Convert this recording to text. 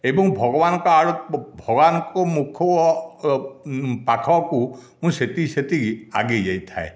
ଏବଂ ଭଗବାନଙ୍କ ଆଡ଼ ଭଗବାନଙ୍କ ମୁଖ ଓ ପାଖକୁ ମୁଁ ସେତିକି ସେତିକି ଆଗେଇ ଯାଇଥାଏ